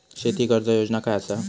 शेती कर्ज योजना काय असा?